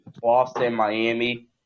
Boston-Miami